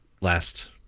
last